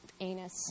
anus